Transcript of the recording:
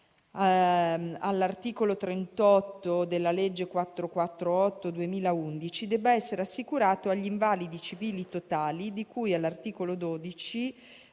all'articolo 38 della legge n. 448 del 2011, debba essere assicurato agli invalidi civili totali, di cui all'articolo 12